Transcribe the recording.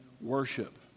worship